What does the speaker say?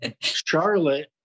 Charlotte